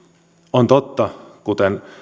on totta kuten